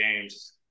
games